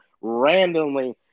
randomly